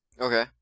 Okay